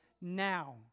now